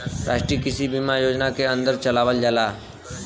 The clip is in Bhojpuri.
राष्ट्रीय कृषि बीमा योजना के अन्दर चलावल जात हौ